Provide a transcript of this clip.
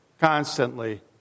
constantly